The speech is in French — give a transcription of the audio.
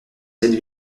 cette